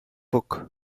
book